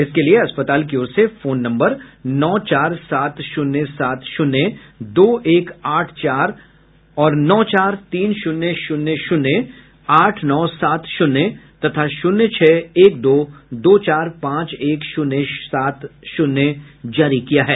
इसके लिए अस्पताल की ओर से फोन नम्बर नौ चार सात शून्य सात शून्य दो एक आठ चार और नौ चार तीन शून्य शून्य शून्य आठ नौ सात शून्य तथा शून्य छह एक दो दो चार पांच एक शून्य सात शून्य जारी किया गया है